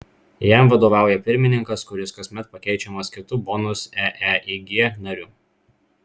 jam vadovauja pirmininkas kuris kasmet pakeičiamas kitu bonus eeig nariu